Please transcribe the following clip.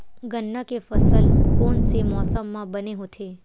गन्ना के फसल कोन से मौसम म बने होथे?